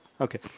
Okay